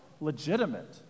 legitimate